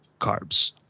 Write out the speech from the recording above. carbs